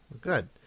good